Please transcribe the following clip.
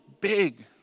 big